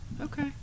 Okay